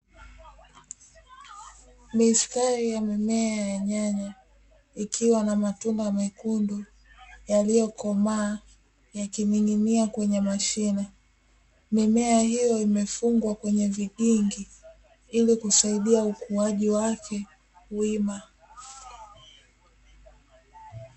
Mistari ya mimea ya nyanya ikiwa na matunda mekundu yaliyokomaa yakining'inia kwenye mashina, mimea hiyo imefungwa kwenye vigingi ili kusaidia ukuaji wake wima.